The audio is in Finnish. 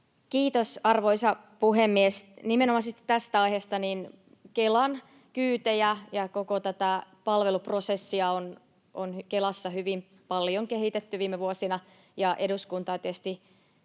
Kiitos, arvoisa puhemies! Nimenomaisesti tästä aiheesta: Kelan kyytejä ja koko tätä palveluprosessia on Kelassa hyvin paljon kehitetty viime vuosina,